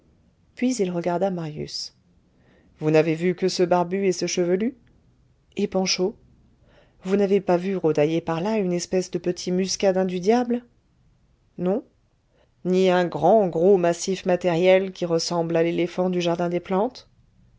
puis il regarda marius vous n'avez vu que ce barbu et ce chevelu et panchaud vous n'avez pas vu rôdailler par là une espèce de petit muscadin du diable non ni un grand gros massif matériel qui ressemble à l'éléphant du jardin des plantes